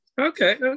Okay